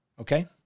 Okay